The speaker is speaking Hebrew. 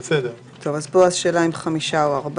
אז יש שאלה פה אם ארבעה או חמישה.